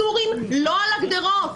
הסורים לא על הגדרות.